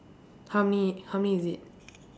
how many how many is it